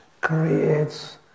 creates